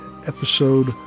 episode